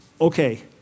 Okay